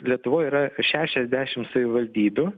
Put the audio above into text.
lietuvoj yra apie šešiasdešim savivaldybių